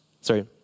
sorry